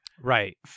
Right